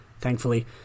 thankfully